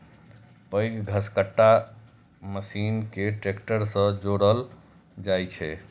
पैघ घसकट्टा मशीन कें ट्रैक्टर सं जोड़ल जाइ छै